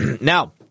Now